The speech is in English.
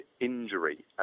injury